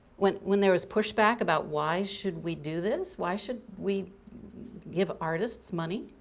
when when there was pushback about why should we do this, why should we give artists money,